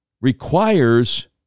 requires